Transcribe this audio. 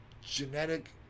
genetic